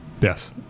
Yes